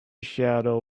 shadow